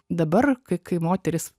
dabar kai kai moterys